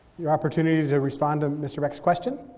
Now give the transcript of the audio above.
your opportunity to respond to mister beck's question.